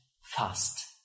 fast